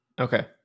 Okay